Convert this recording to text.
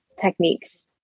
techniques